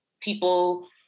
people